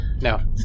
No